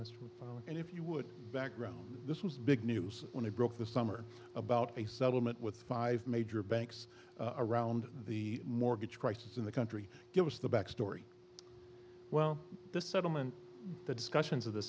mr and if you would background this was big news when he broke the summer about a settlement with five major banks around the mortgage crisis in the country give us the back story well the settlement the discussions